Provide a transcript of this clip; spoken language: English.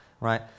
right